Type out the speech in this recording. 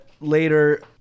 later